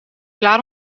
klaar